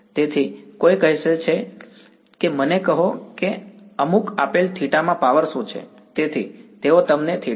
તેથી કોઈ કહે છે કે મને કહો કે અમુક આપેલ થીટા માં પાવર શું છે તેથી તેઓ તમને થીટા આપે છે